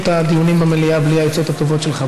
את הדיונים במליאה בלי העצות הטובות שלך.